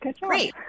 great